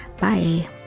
Bye